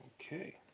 Okay